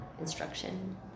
instruction